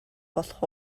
болох